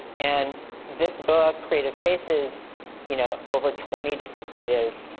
and this book, creative spaces you know over twenty different creatives,